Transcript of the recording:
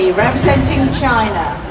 yeah representing china,